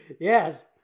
Yes